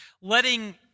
letting